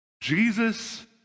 Jesus